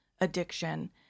addiction